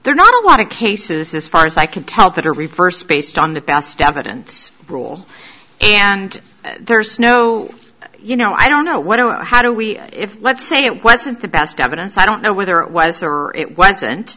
they're not a lot of cases this far as i can tell that are reversed based on the past evidence rule and there's no you know i don't know what how do we if let's say it wasn't the best evidence i don't know whether it was or it wasn't